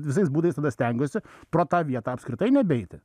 visais būdais tada stengiuosi pro tą vietą apskritai nebeiti